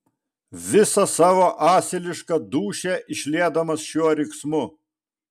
visą savo asilišką dūšią išliedamas šiuo riksmu